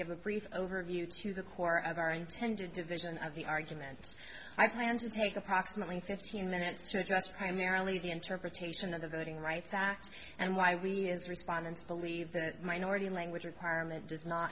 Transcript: give a brief overview to the core of our intended division of the argument i plan to take approximately fifteen minutes to address primarily the interpretation of the voting rights act and why we as respondents believe that minority language requirement does not